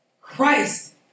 Christ